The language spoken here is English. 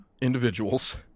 individuals